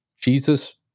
Jesus